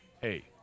hey